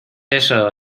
eso